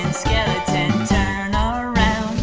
and skeleton turn ah around.